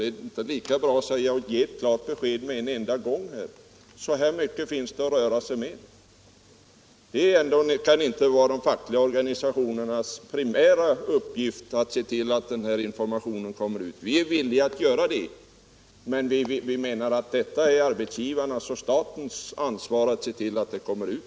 Det är lika bra att ge ett rejält, klart besked med en enda gång: Så här mycket finns det att röra sig med. Det kan ändå inte vara de fackliga organisationernas primära uppgift att se till att den här informationen kommer ut. Vi är villiga att göra det, men vi menar att det är arbetsgivarnas och statens ansvar att se till att den kommer ut.